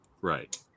Right